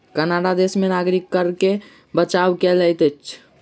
Canada देश में नागरिक कर सॅ बचाव कय लैत अछि